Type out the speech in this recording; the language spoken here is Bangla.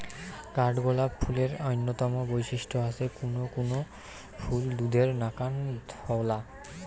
কাঠগোলাপ ফুলের অইন্যতম বৈশিষ্ট্য হসে কুনো কুনো ফুল দুধের নাকান ধওলা